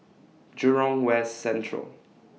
Jurong West Central